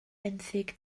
benthyg